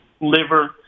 liver